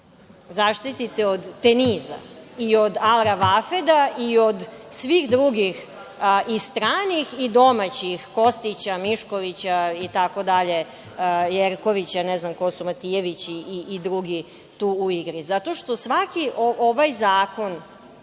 zaštite od „Tenisa“ i od „Al Ravafeda“ i od svih drugih, i stranih i domaćih, Kostića, Miškovića itd, Jerkovića, ne znam ko su, Matijevići i drugi u igri, zato što svaki ovaj zakon